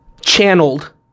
channeled